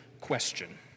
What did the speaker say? question